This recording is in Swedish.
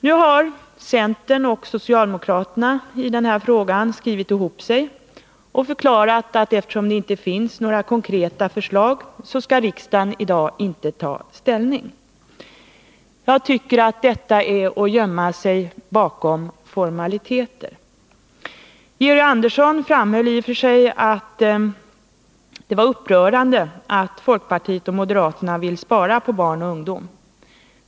Nu har centern och socialdemokraterna i denna fråga skrivit ihop sig och förklarat, att eftersom det inte finns några konkreta förslag så skall riksdagen i dag inte ta ställning. Jag tycker att det är att gömma sig bakom formaliteter. Georg Andersson framhöll i och för sig att det var upprörande att folkpartiet och moderaterna vill göra besparingar beträffande barn och ungdom.